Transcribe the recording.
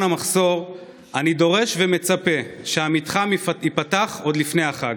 המחסור אני דורש ומצפה שהמתחם ייפתח עוד לפני החג.